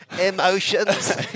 emotions